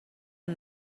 and